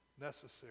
necessary